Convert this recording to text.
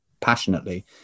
passionately